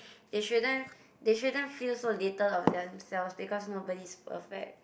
they shouldn't they shouldn't feel so little of themselves because nobody is perfect